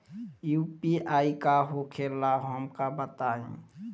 UPI का होखेला हमका बताई?